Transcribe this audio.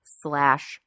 slash